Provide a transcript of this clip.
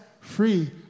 free